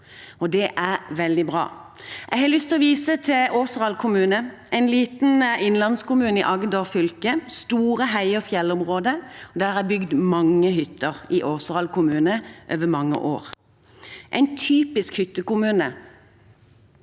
Og det er veldig bra. Jeg har lyst å vise til Åseral kommune, en liten innlandskommune i Agder fylke, med store heier og fjellområder. Det er bygd mange hytter i Åseral kommune over mange år. Det er en typisk hyttekommune.